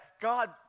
God